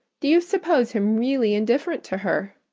do you suppose him really indifferent to her?